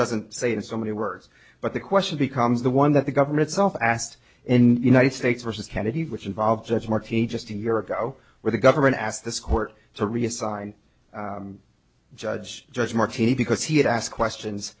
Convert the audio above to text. doesn't say in so many words but the question becomes the one that the government itself asked in united states versus kennedy which involved judge markey just a year ago where the government asked this court to reassign judge judge marty because he had asked questions